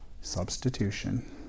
substitution